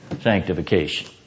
sanctification